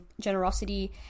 generosity